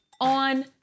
on